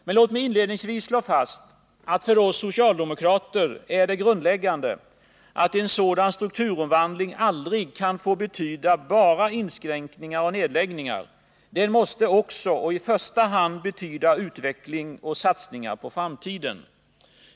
Men låt mig inledningsvis slå fast att för oss socialdemokrater är det grundläggande att en sådan strukturomvandling aldrig kan få betyda bara inskränkningar och nedläggningar. Den måste också — och i första hand — betyda utveckling och satsningar på framtiden.